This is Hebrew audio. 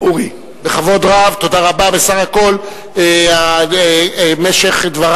בכבוד רב, תודה רבה.